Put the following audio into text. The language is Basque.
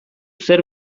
zer